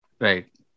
right